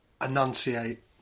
enunciate